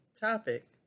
topic